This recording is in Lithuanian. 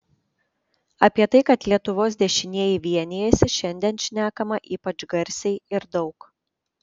apie tai kad lietuvos dešinieji vienijasi šiandien šnekama ypač garsiai ir daug